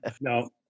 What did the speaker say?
No